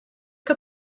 que